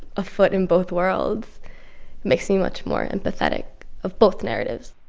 a foot in both worlds makes me much more empathetic of both narratives